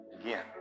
Again